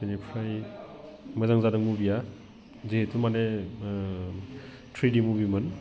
बेनिफ्राय मोजां जादों मुभिआ जिहेतु माने थ्रिडि मुभिमोन